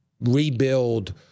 rebuild